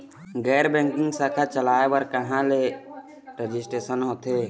गैर बैंकिंग शाखा चलाए बर कहां ले रजिस्ट्रेशन होथे?